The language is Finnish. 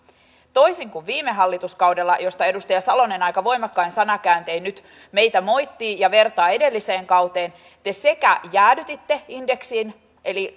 toisin kuin viime hallituskaudella josta edustaja salonen aika voimakkain sanankääntein nyt meitä moittii ja vertaa edelliseen kauteen te sekä jäädytitte indeksin eli